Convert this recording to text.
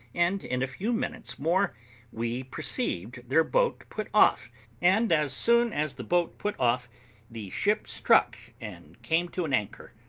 and in a few minutes more we perceived their boat put off and as soon as the boat put off the ship struck and came to an anchor,